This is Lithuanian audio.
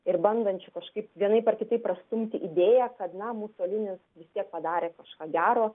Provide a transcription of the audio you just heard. ir bandančių kažkaip vienaip ar kitaip prastumti idėją kad na musolinis vis tiek padarė kažką gero